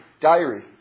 diary